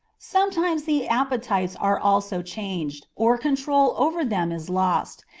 sometimes the appetites are also changed, or control over them is lost,